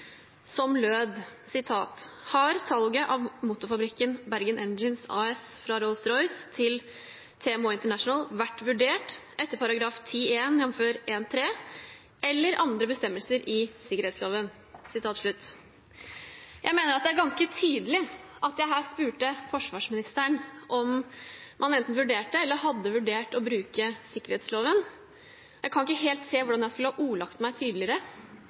som lød: «Har salget av motorfabrikken Bergens Engines AS fra Rolls Royce til TMH International vært vurdert etter §10-1 jf. §1-3 eller bestemmelser i sikkerhetsloven Jeg mener det er ganske tydelig at jeg her spurte forsvarsministeren om man enten vurderte eller hadde vurdert å bruke sikkerhetsloven. Jeg kan ikke helt se hvordan jeg skulle ha ordlagt meg tydeligere.